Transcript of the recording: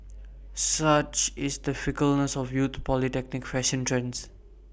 such is the fickleness of youthful polytechnic fashion trends